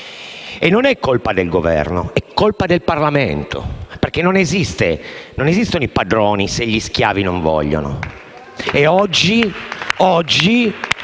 Non è colpa del Governo, ma del Parlamento, perché non esistono i padroni se gli schiavi non vogliono.